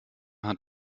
hat